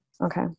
Okay